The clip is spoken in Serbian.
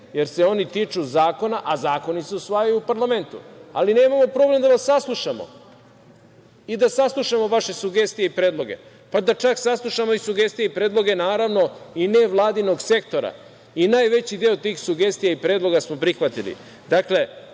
jer se one tiču zakona, a zakoni se usvajaju u parlamentu. Nemamo problem da vas saslušamo i da saslušamo vaše sugestije i predloge, pa da čak saslušamo i sugestije i predloge, naravno, i nevladinog sektora. Najveći deo tih sugestija i predloga smo prihvatili.